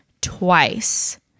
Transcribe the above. Twice